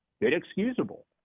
inexcusable